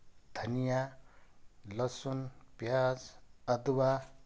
धनिया लसुन पियाज अदुवा